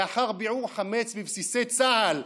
לאחר ביעור חמץ בבסיסי צה"ל,